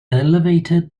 elevated